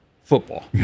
football